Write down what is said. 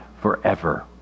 forever